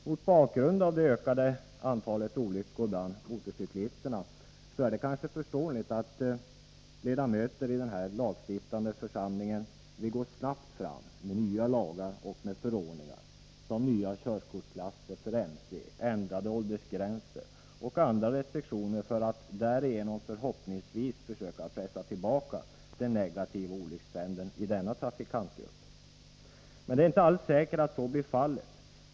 Mot bakgrund av det ökade antalet olyckor bland motorcyklisterna är det kanske förståeligt att ledamöter i den lagstiftande församlingen vill gå snabbt fram med nya lagar och förordningar såsom nya körkortsklasser för motorcykel, ändrade åldersgränser och andra restriktioner, för att därigenom försöka pressa tillbaka den negativa olyckstrenden i denna trafikantgrupp. Men det är inte alls säkert att så blir fallet.